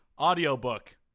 audiobook